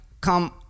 come